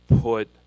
put